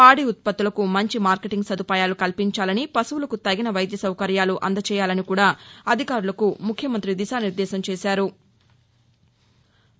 పాడి ఉత్పత్తులకు మంచి మార్కెటింగ్ సదుపాయాలు కల్పించాలని పశువులకు తగిన వైద్య సౌకర్యాలు అందజేయాలని కూడా అదికారులకు ముఖ్యమంతి దిశానిర్దేశం చేశారు